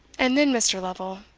and then, mr. lovel,